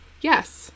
Yes